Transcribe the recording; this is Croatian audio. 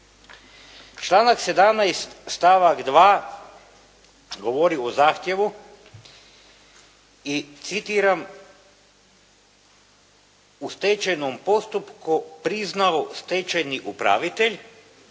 Članak 17. stavak 2. govori o zahtjevu i citiram: "u stečajnom postupku priznao stečajni upravitelj,